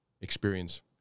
Experience